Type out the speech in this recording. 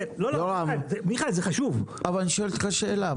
אני שואל אותך שאלה: